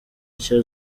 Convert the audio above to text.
nshya